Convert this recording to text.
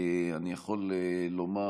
אני יכול לומר,